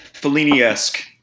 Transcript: Fellini-esque